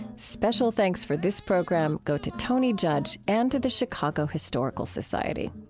special thanks for this program go to tony judge and to the chicago historical society.